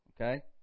okay